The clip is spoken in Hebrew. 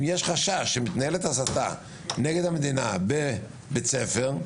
אם יש חשש שמתנהלת הסתה נגד המדינה בבית ספר,